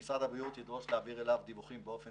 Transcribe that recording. ראוי שמשרד הבריאות ידרוש להעביר אליו דיווחים באופן